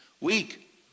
Weak